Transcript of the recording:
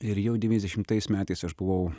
ir jau devyniasdešimtais metais aš buvau